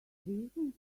reason